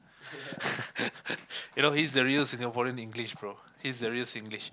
you know he's the real Singaporean English bro he's the real Singlish